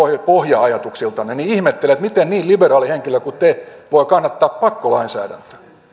pohja ajatuksiltanne niin ihmettelen miten niin liberaali henkilö kuin te voi kannattaa pakkolainsäädäntöä